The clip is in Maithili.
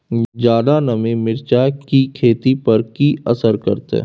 ज्यादा नमी मिर्चाय की खेती पर की असर करते?